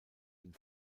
den